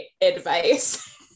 advice